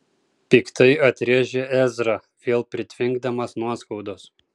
piktai atrėžė ezra vėl pritvinkdamas nuoskaudos